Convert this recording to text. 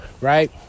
right